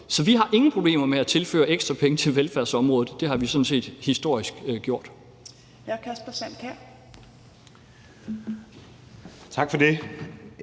Så vi har ingen problemer med at tilføre ekstra penge til velfærdssamfundet. Det har vi sådan set historisk gjort.